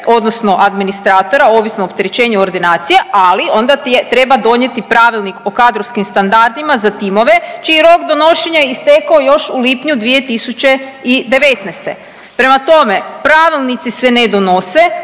odnosno administratora ovisno o opterećenju ordinacije, ali onda treba donijeti Pravilnik o kadrovskim standardima za timove čiji je rok donošenja istekao još u lipnju 2019.. Prema tome pravilnici se ne donose,